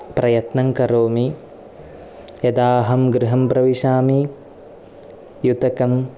प्रयत्नं करोमि यदा अहं गृहं प्रविशामि युतकम्